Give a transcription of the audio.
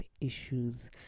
issues